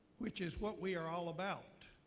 which is what we are all about,